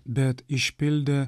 bet išpildė